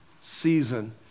season